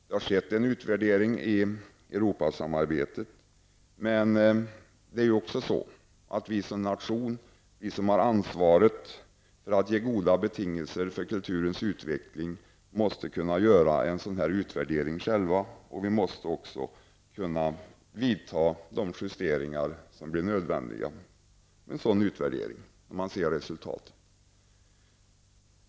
Det har skett en utvärdering i Europasamarbetet, men vi som här har ansvaret för att ge goda betingelser för kulturens utveckling måste själva kunna göra en utvärdering och företa de justeringar som kan bli nödvändiga när man ser resultatet av en sådan utvärdering.